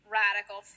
radical